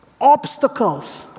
obstacles